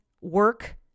work